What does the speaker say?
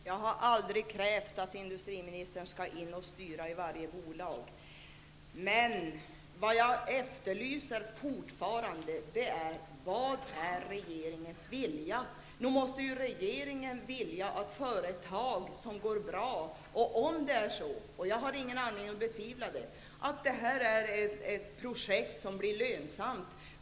Herr talman! Jag har aldrig krävt att industriministern skall gå in och styra i varje bolag. Vad jag fortfarande efterlyser är ett svar på frågan vilken regeringens vilja är. Jag har ingen anledning att betvivla att det förslag jag talade om är ett projekt som blir lönsamt.